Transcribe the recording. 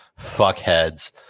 fuckheads